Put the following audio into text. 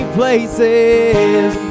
places